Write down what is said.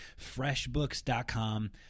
Freshbooks.com